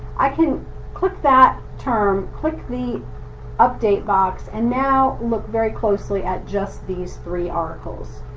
i can click that term, click the update box and now look very closely at just these three articles.